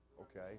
okay